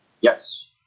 Yes